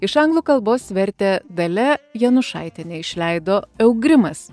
iš anglų kalbos vertė dalia janušaitienė išleido eugrimas